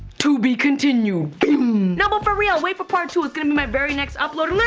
to be continued! no, but for real. wait for part two. it's gonna be my very next upload.